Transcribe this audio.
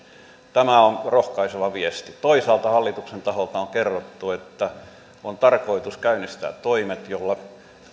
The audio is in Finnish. tämä on rohkaiseva viesti toisaalta hallituksen taholta on kerrottu että on tarkoitus käynnistää toimet joilla